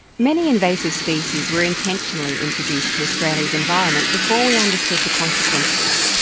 many invasive species were intentionally introduced to australia's environment before we understood the consequences.